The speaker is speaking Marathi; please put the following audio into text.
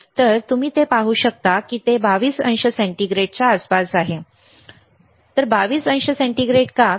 आणि तुम्ही जे पाहू शकता ते 22 अंश सेंटीग्रेडच्या आसपास आहे 22 अंश सेंटीग्रेड का